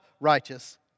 righteous